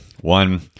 one